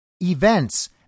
events